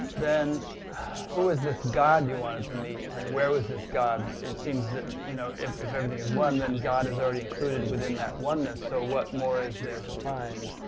then who is this god you wanted to meet and where was this god? it seems that you know if if everything is one, then god is already included in that oneness, so what more is there to find?